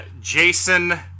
Jason